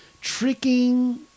tricking